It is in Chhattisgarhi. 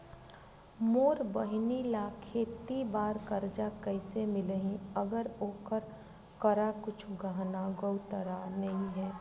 मोर बहिनी ला खेती बार कर्जा कइसे मिलहि, अगर ओकर करा कुछु गहना गउतरा नइ हे?